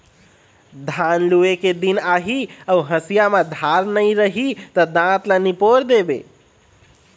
धान लूए के दिन आही अउ हँसिया म धार नइ रही त दाँत ल निपोर देबे